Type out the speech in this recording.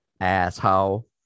Asshole